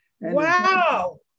Wow